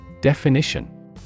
Definition